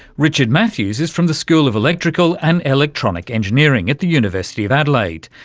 richard matthews is from the school of electrical and electronic engineering at the university of adelaide.